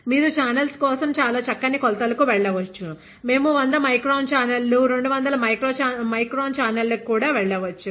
మీరు ఛానల్ల్స్ కోసం చాలా చక్కని కొలతలు కు వెళ్ళవచ్చు మేము 100 మైక్రాన్ ఛానెల్లు 200 మైక్రాన్ ఛానెల్లు కు కూడా వెళ్ళవచ్చు